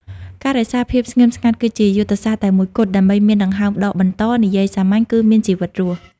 ការរក្សាភាពស្ងៀមស្ងាត់ គឺជាយុទ្ធសាស្ត្រតែមួយគត់ដើម្បីមានដង្ហើមដកបន្ត និយាយសាមញ្ញគឺមានជីវិតរស់។